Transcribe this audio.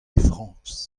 frañs